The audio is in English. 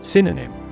Synonym